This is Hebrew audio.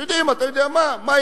שיודעים: אתה יודע מה?